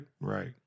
right